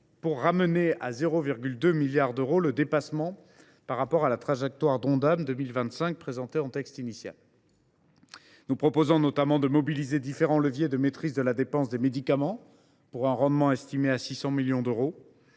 de ramener à 0,2 milliard d’euros le dépassement par rapport à la trajectoire de l’Ondam pour 2025 présentée en texte initial. Nous proposons tout d’abord de mobiliser différents leviers de maîtrise de la dépense des médicaments, pour un rendement estimé à 600 millions d’euros.